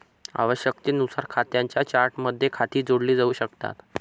आवश्यकतेनुसार खात्यांच्या चार्टमध्ये खाती जोडली जाऊ शकतात